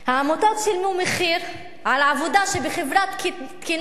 העמותות שילמו מחיר על עבודה שבחברה תקינה,